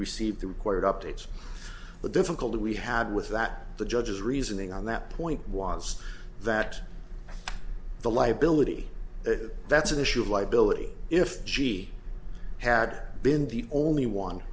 received the required updates the difficulty we had with that the judge's reasoning on that point was that the liability that's an issue like bill is if she had been the only one